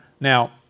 Now